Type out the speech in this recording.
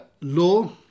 law